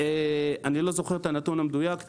אני לא זוכר את הנתון המדויק.